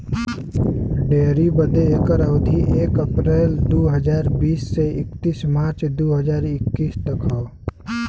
dairy बदे एकर अवधी एक अप्रैल दू हज़ार बीस से इकतीस मार्च दू हज़ार इक्कीस तक क हौ